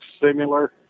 similar